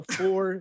four